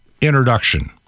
introduction